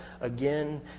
again